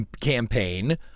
campaign